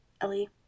Ellie